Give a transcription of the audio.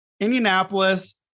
Indianapolis